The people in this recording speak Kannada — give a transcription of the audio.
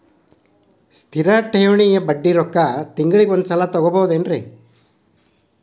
ಸ್ಥಿರ ಠೇವಣಿಯ ಬಡ್ಡಿ ರೊಕ್ಕ ತಿಂಗಳಿಗೆ ಒಂದು ಸಲ ತಗೊಬಹುದೆನ್ರಿ?